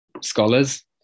scholars